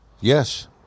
Yes